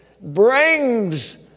brings